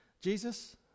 Jesus